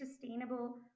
sustainable